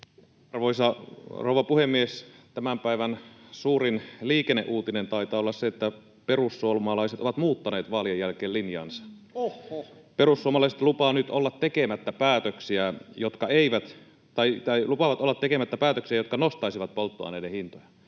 Arvoisa rouva puhemies! Tämän päivän suurin liikenneuutinen taitaa olla se, että perussuomalaiset ovat muuttaneet vaalien jälkeen linjansa. [Tuomas Kettunen: Ohhoh!] Perussuomalaiset lupaavat nyt olla tekemättä päätöksiä, jotka nostaisivat polttoaineiden hintoja.